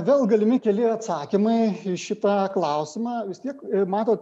vėl galimi keli atsakymai į šitą klausimą vis tiek matot